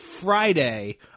Friday